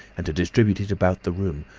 and to distribute it about the room,